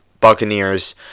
Buccaneers